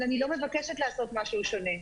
אבל אני לא מבקשת לעשות משהו שונה.